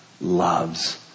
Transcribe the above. loves